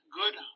good